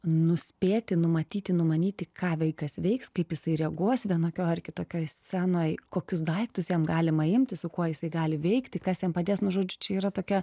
nuspėti numatyti numanyti ką vaikas veiks kaip jisai reaguos vienokioj ar kitokioj scenoj kokius daiktus jam galima imti su kuo jisai gali veikti kas jam padės nu žodžiu čia yra tokia